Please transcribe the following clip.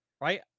right